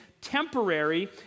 temporary